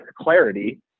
clarity